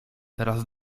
teraz